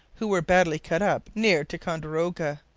who were badly cut up near ticonderoga.